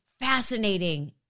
fascinating